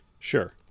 Sure